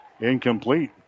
incomplete